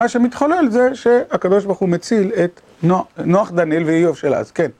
מה שמתחולל זה שהקדוש ברוך הוא מציל את נוח דניאל ואיוב של אז, כן.